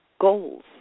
goals